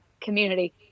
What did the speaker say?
community